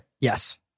Yes